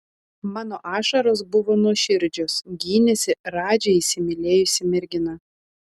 mano ašaros buvo nuoširdžios gynėsi radži įsimylėjusi mergina